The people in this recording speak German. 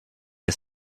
ist